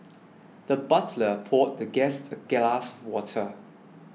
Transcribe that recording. the butler poured the guest a glass water